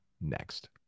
next